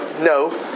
No